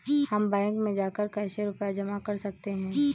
हम बैंक में जाकर कैसे रुपया जमा कर सकते हैं?